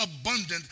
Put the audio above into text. abundant